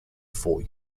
four